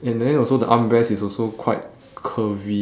and then also the armrest is also quite curvy